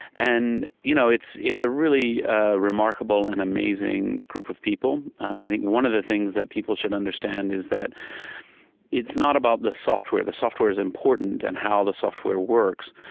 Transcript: and you know it's it's a really ah remarkable and amazing group of people i think one of the things that people should understand is that it's not about the software. the software is important and how the software works,